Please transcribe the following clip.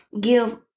give